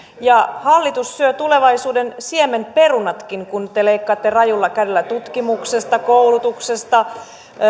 hallitus syö tulevaisuuden siemenperunatkin kun te leikkaatte rajulla kädellä tutkimuksesta koulutuksesta